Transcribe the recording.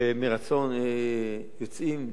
ומרצון יוצאים,